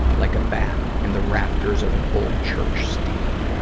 like a bat in the rafters of an old church steeple.